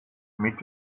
mit